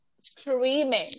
screaming